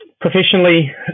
Professionally